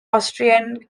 austrian